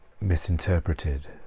misinterpreted